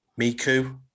Miku